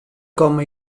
komme